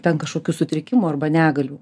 ten kažkokių sutrikimų arba negalių